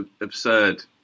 absurd